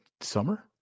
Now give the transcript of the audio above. summer